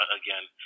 again